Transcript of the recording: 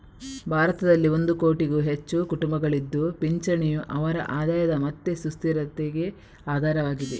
ಭಾರತದಲ್ಲಿ ಒಂದು ಕೋಟಿಗೂ ಹೆಚ್ಚು ಕುಟುಂಬಗಳಿದ್ದು ಪಿಂಚಣಿಯು ಅವರ ಆದಾಯ ಮತ್ತೆ ಸುಸ್ಥಿರತೆಗೆ ಆಧಾರವಾಗಿದೆ